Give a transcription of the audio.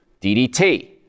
DDT